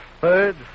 Third